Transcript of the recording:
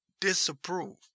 disapprove